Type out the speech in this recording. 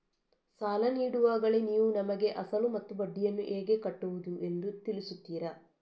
ಸಾಲ ನೀಡುವಾಗಲೇ ನೀವು ನಮಗೆ ಅಸಲು ಮತ್ತು ಬಡ್ಡಿಯನ್ನು ಹೇಗೆ ಕಟ್ಟುವುದು ಎಂದು ತಿಳಿಸುತ್ತೀರಾ?